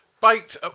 baked